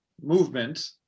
movement